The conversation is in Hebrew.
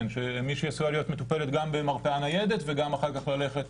מישהי עשויה להיות מטופלת גם במרפאה ניידת וגם אחר כך ללכת